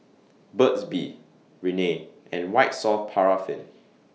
Burt's Bee Rene and White Soft Paraffin